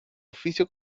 oficio